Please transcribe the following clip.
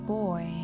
boy